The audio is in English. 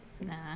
nah